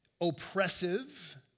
oppressive